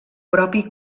propi